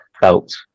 felt